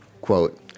quote